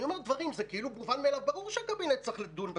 אני אומר דברים שהם כאילו מובנים מאליהם ברור שהקבינט צריך לדון בזה,